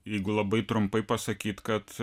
jeigu labai trumpai pasakyt kad